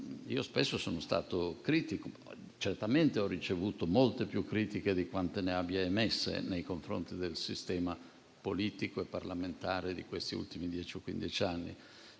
Spesso sono stato critico; certamente, ho ricevuto molte più critiche di quante ne abbia emesse nei confronti del sistema politico e parlamentare di questi ultimi dieci-quindici